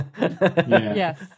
Yes